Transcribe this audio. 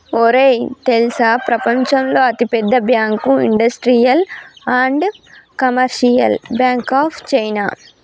ఒరేయ్ తెల్సా ప్రపంచంలో అతి పెద్ద bank industrial and commercial bank of China